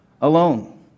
Alone